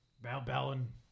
Balin